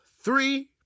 three